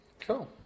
Cool